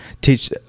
teach